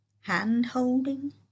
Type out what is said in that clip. hand-holding